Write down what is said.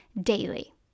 daily